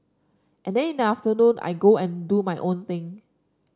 and then in the afternoon I go and do my own thing